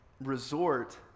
resort